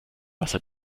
wasser